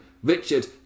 Richard